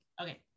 Okay